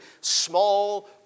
small